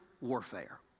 Warfare